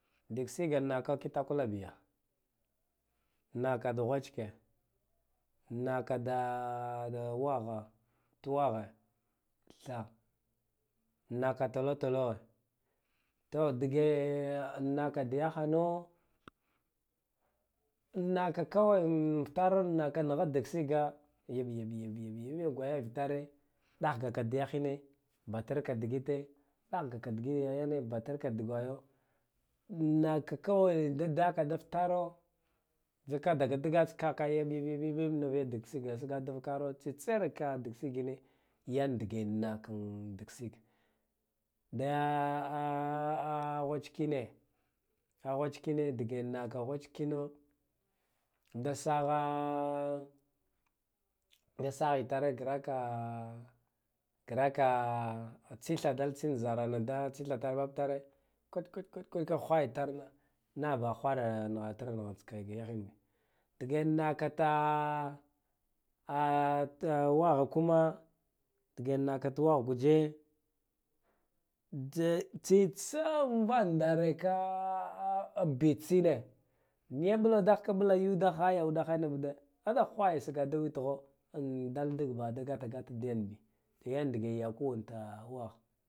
Digsigan naka kitakula biya in nakad ghwaceke naka da waghtuwaghe tha naka tolotolowe naka diya hana naka kawaye futura nigha digsiga vit vit vit nivitare dah gaka diyahine batirka digite dah gaka diyahine batirka digite dah gaka diyane batirka dugvaya in naka kawaye da daka da fafara zaka daga diga tsaka ka yabyab niv ya digsiga sigagha da vakara tsi tse ra ka digsigine yan dige naka digsiga da a ghivece kine dige naka ghweickino da sagha itar, garaka tsitha dalkin zarana kino da tsithadal bab tare kwit kwit ka whaya itar na nabaha whara tsika naghatirva negha tsika yahin bi dige naka ta a wagha kuma dige naka ta wagh giye tsitsa a ndare ka bit tsine niya bubdaghka bulo yuve da haya udahe nivude ka da whayo diga da witugho in dal digal baha da gatigata diyan bi yan dige yakuwe ta wagha.